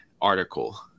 article